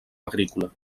agrícola